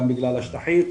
גם בגלל השטחים,